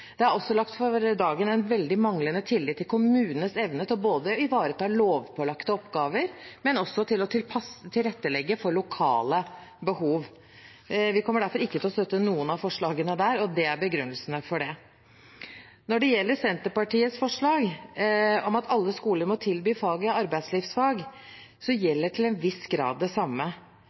Det er også lagt for dagen en veldig manglende tillit til kommunenes evne til å ivareta lovpålagte oppgaver, men også til å tilrettelegge for lokale behov. Vi kommer derfor ikke til å støtte noen av forslagene der, og det er begrunnelsene for det. Når det gjelder Senterpartiets forslag, om at alle skoler må tilby arbeidslivsfag, gjelder til en viss grad det samme.